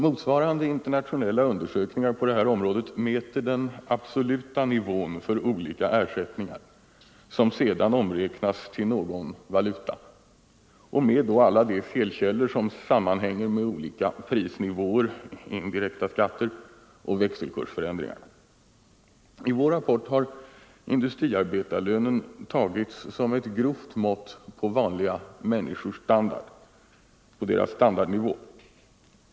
Motsvarande internationella undersökningar på det här området mäter den absoluta nivån för olika ersättningar, som sedan omräknas till någon valuta, med alla de felkällor som sammanhänger med olika prisnivåer, indirekta skatter och växelkursförändringar. I vår rapport har industriarbetarlönen tagits som ett grovt mått på vanliga människors standardnivå.